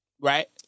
right